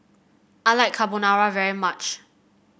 I like Carbonara very much